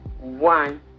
one